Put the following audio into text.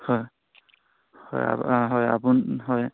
হয় হয় হয় আপুনি হয়